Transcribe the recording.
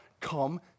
Come